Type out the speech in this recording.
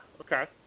okay